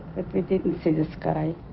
they didn't see this guy